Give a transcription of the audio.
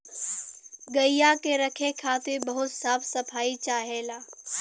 गइया के रखे खातिर बहुत साफ सफाई चाहेला